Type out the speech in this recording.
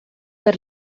per